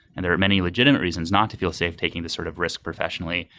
and there are many legitimate reasons not to feel safe taking this sort of risk professionally,